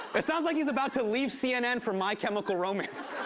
it sounds like he's about to leave cnn for my chemical romance.